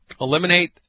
eliminate